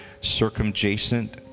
circumjacent